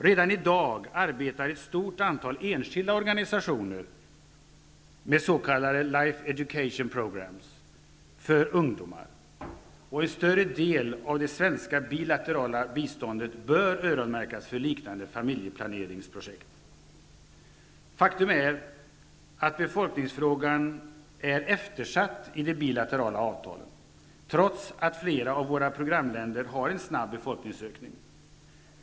Redan i dag arbetar ett stort antal enskilda organisationer med s.k. Life Education Programmes för ungdomar. En större del av det svenska bilaterala biståndet bör öronmärkas för liknande familjeplaneringsprojekt. Faktum är att befolkningsfrågan är eftersatt i de bilaterala avtalen, trots att flera av våra programländer har en snabb befolkningsökning.